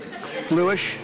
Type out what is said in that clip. Fluish